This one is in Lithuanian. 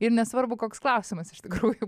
ir nesvarbu koks klausimas iš tikrųjų